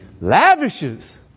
lavishes